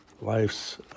life's